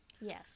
yes